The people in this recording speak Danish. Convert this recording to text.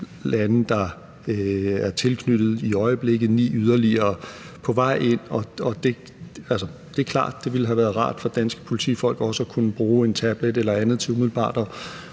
der er tilknyttet i øjeblikket, og ni yderligere er på vej ind, og det er klart, at det ville have været rart for danske politifolk også at kunne bruge en tablet eller andet til, når